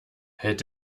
hält